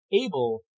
able